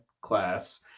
class